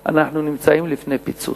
אנחנו נמצאים לפני פיצוץ.